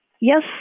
yes